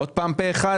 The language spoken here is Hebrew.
עוד פעם פה אחד?